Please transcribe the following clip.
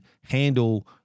handle